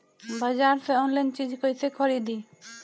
बाजार से आनलाइन चीज कैसे खरीदी?